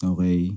Okay